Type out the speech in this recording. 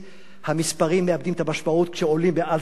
המספרים מאבדים את המשמעות כשעולים מעל מספר מסוים.